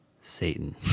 Satan